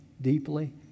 deeply